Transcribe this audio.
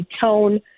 tone